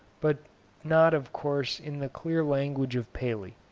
but not of course in the clear language of paley.